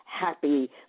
happy